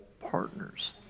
partners